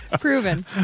Proven